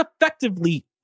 effectively